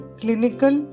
clinical